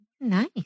Nice